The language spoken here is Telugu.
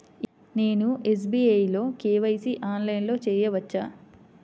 నేను ఎస్.బీ.ఐ లో కే.వై.సి ఆన్లైన్లో చేయవచ్చా?